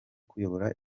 kuyobora